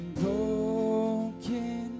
broken